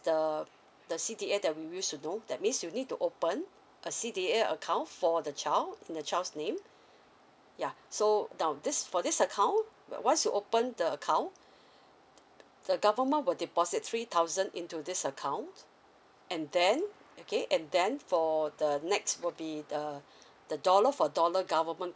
the the C_D_A that we used to know that means you need to open a C_D_A account for the child in the child's name yeah so now this for this account but once you open the account the government will deposit three thousand into this account and then okay and then for the next will be the the dollar for dollar government